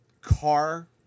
car